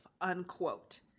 unquote